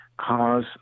cause